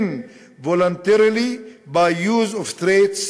involuntarily by use of threats,